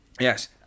Yes